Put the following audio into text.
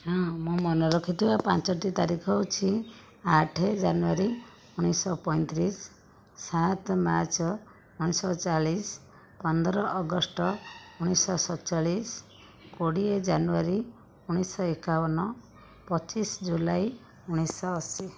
ହଁ ମୁଁ ମନେ ରଖିଥିବା ପାଞ୍ଚଟି ତାରିଖ ହେଉଛି ଆଠ ଜାନୁଆରୀ ଉଣାଇଶଶହ ପଞ୍ଚତିରିଶ ସାତ ମାର୍ଚ୍ଚ ଉଣାଇଶଶହ ଚାଳିଶ ପନ୍ଦର ଅଗଷ୍ଟ ଉଣାଇଶଶହ ସତଚାଳିଶ କୋଡ଼ିଏ ଜାନୁଆରୀ ଉଣାଇଶଶହ ଏକାବନ ପଚିଶ ଜୁଲାଇ ଉଣାଇଶଶହ ଅଶି